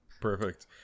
Perfect